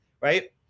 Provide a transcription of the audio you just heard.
right